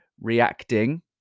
reacting